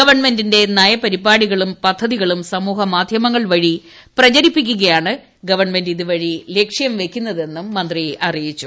ഗവൺമെന്റിന്റെ നയപരിപാടികൾ പദ്ധതികളും ക് സ്റ്റാമൂഹ്യമാധ്യമങ്ങൾ വഴി പ്രചരിപ്പിക്കുകയാണ് ഗവൺഐന്റ് ഇതുവഴി ലക്ഷ്യം വയ്ക്കുന്നതെന്നും മന്ത്രി ശ്രീകൃതമാക്കി